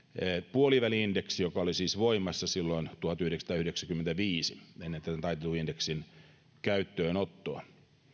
puoliväli indeksi joka oli siis voimassa silloin tuhatyhdeksänsataayhdeksänkymmentäviisi ennen taitetun indeksin käyttöönottoa